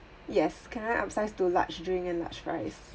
yes can I upsize to large drink and large fries